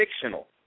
fictional